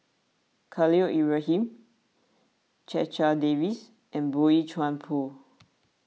Khalil Ibrahim Checha Davies and Boey Chuan Poh